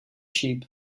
sheep